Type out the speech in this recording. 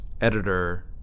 editor